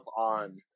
on